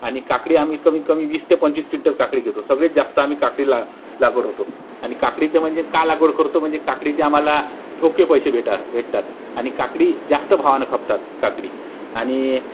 आणि काकडी आम्ही कमीत कमी वीस ते पंचवीस किंटल काकडी घेतो सगळेत जास्त आम्ही काकडीला लागवड होतो आणि काकडीचं म्हणजे का लागवड करतो म्हणजे काकडीचे आम्हाला ठोके पैसे भेटा भेटतात आणि काकडी जास्त भावानं खपतात काकडी आणि